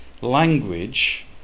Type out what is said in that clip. language